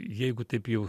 jeigu taip jau